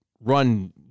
run